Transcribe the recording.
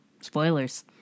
spoilers